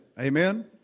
Amen